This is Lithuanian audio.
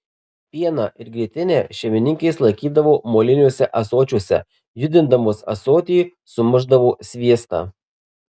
pieną ir grietinę šeimininkės laikydavo moliniuose ąsočiuose judindamos ąsotį sumušdavo sviestą